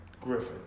Griffin